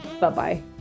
Bye-bye